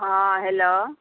हॅं हेलो